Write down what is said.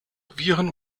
viren